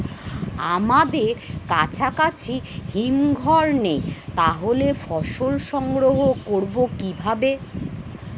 আমাদের কাছাকাছি হিমঘর নেই তাহলে ফসল সংগ্রহ করবো কিভাবে?